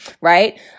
right